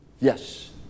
Yes